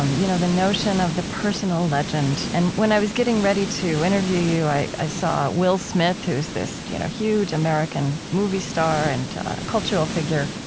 um you know the notion of the personal legend. and when i was getting ready to interview you, i i saw will smith, who's this you know huge american movie star and cultural figure,